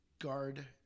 guard